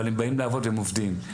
אבל הם באים לעבוד והם עובדים.